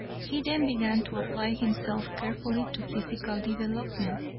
he then began to apply himself carefully to physical development,